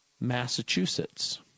Massachusetts